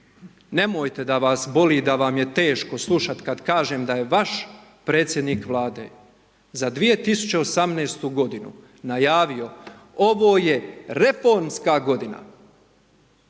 nemojte da vas boli, da vam je teško slušati kad kažem da je vaš predsjednik Vlade za 2018.-tu godinu najavio ovo je reformska godina,